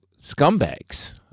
scumbags